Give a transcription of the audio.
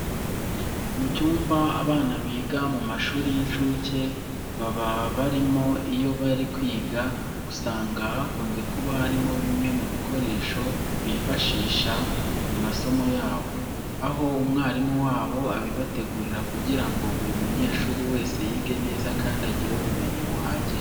Mu cyumba abana biga mu mashuri y'inshuke baba barimo iyo bari kwiga, usanga hakunze kuba harimo bimwe mu bikoresho bifashishsha mu masomo yabo, aho umwarimu wabo abibategurira kugira ngo buri munyeshuri wese yige neza kandi agire ubumenyi buhagije.